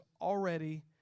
already